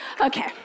okay